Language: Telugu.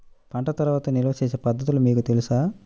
పంట తర్వాత నిల్వ చేసే పద్ధతులు మీకు తెలుసా?